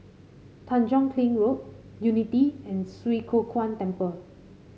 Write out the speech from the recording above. Tanjong Kling Road Unity and Swee Kow Kuan Temple